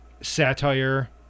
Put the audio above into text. satire